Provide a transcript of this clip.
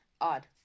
Odd